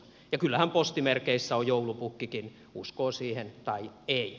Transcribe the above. ja kyllähän postimerkeissä on joulupukkikin uskoo siihen tai ei